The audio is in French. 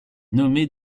nommée